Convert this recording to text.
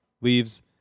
Leaves